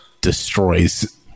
destroys